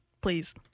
Please